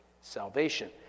salvation